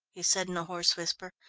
he said in a hoarse whisper,